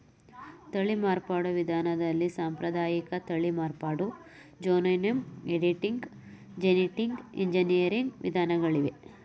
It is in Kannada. ತಳಿ ಮಾರ್ಪಾಡು ವಿಧಾನದಲ್ಲಿ ಸಾಂಪ್ರದಾಯಿಕ ತಳಿ ಮಾರ್ಪಾಡು, ಜೀನೋಮ್ ಎಡಿಟಿಂಗ್, ಜೆನಿಟಿಕ್ ಎಂಜಿನಿಯರಿಂಗ್ ವಿಧಾನಗಳಿವೆ